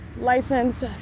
License